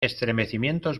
estremecimientos